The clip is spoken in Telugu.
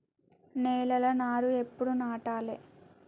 నేలలా నారు ఎప్పుడు నాటాలె?